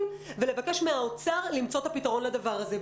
ולבקש מהאוצר למצואת הפתרון לדבר הזה.